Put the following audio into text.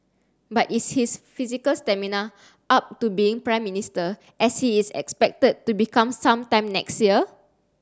but is his physical stamina up to being Prime Minister as he is expected to become some time next year